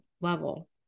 level